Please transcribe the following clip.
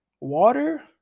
water